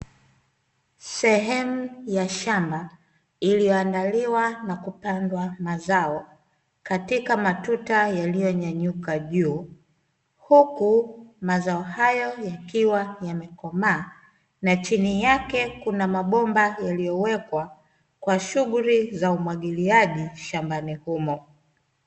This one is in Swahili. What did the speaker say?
Sehemu ya shamba iliyoandaliwa na kupandwa mazao katika matuta yaliyonyanyuka juu huku mazao hayo yakiwa yamekomaa na chini yake kuna mabomba yaliyowekwa kwa shughuli za umwagiliaji shambani humo.